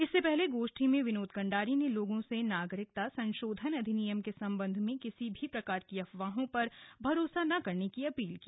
इससे पहले गोष्ठी में विनोद कंडारी ने लोगों से नागरिकता संशोधन अधिनियम के सम्बन्ध में किसी भी प्रकार की अफवाहों पर भरोसा न करने की अपील की